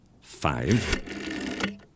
five